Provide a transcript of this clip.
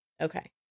Okay